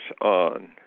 on